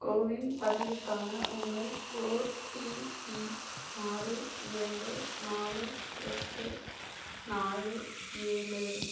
CoWIN பதிவுக்கான உங்கள் OTP ஆறு இரண்டு நாலு எட்டு நாலு ஏழு